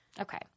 Okay